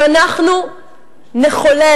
אם אנחנו נחולל,